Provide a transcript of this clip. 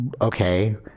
Okay